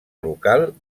local